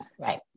Right